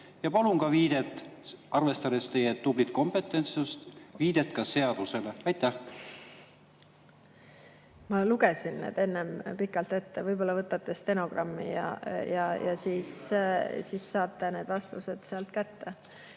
ja palun ka, arvestades teie tublit kompetentsust, viidet seadusele. Ma lugesin need enne pikalt ette. Võib-olla võtate stenogrammi ja siis saate need vastused sealt kätte.